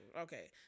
Okay